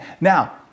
Now